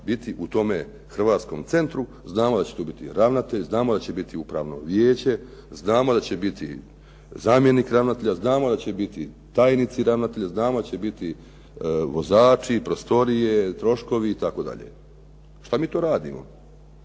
biti u tome hrvatskom centru. Znamo da će tu biti ravnatelj, znamo da će biti upravno vijeće, znamo da će biti zamjenik ravnatelja, znamo da će biti tajnici ravnatelja, znamo da će biti vozači, prostorije, troškovi itd. Što mi to radimo?